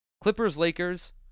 Clippers-Lakers